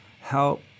help